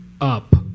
up